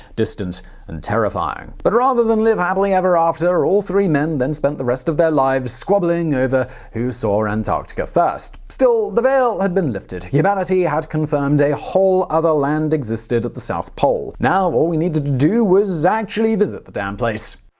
distant and terrifying. but rather than live happily ever after, all three men then spent the rest of their lives squabbling over who saw antarctica first. still, the veil had been lifted. humanity had confirmed a whole other land existed at the south pole. now all we needed to do was actually visit the damn place.